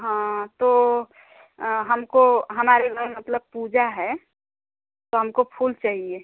हाँ तो हमको हमारे घर मतलब पूजा है तो हमको फूल चाहिए